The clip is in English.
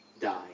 die